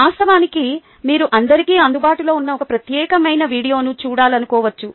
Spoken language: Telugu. వాస్తవానికి మీరు అందరికీ అందుబాటులో ఉన్న ఈ ప్రత్యేకమైన వీడియోను చూడాలనుకోవచ్చు